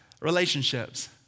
relationships